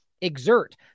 exert